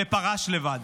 ופרש לבד.